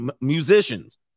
musicians